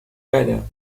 ghana